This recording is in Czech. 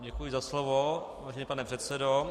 Děkuji za slovo, vážený pane předsedo.